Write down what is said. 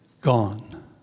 gone